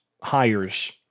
hires